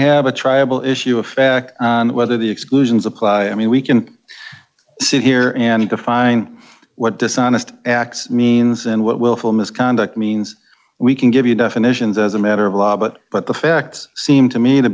have a tribal issue of fact on whether the exclusions apply i mean we can sit here and define what dishonest acts means and what willful misconduct means we can give you definitions as a matter of law but but the facts seem to me to